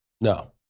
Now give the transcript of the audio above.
No